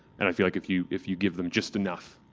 and i feel like if you if you give them just enough,